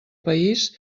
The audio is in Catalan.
país